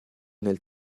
nel